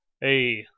hey